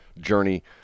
journey